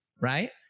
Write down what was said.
right